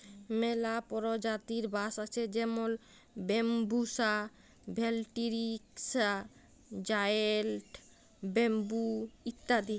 ম্যালা পরজাতির বাঁশ আছে যেমল ব্যাম্বুসা ভেলটিরিকসা, জায়েল্ট ব্যাম্বু ইত্যাদি